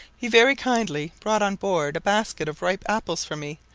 he very kindly brought on board a basket of ripe apples for me,